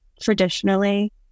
traditionally